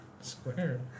Square